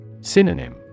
Synonym